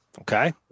Okay